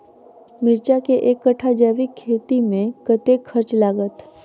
मिर्चा केँ एक कट्ठा जैविक खेती मे कतेक खर्च लागत?